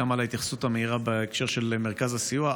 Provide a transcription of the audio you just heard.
גם על ההתייחסות המהירה בהקשר של מרכז הסיוע.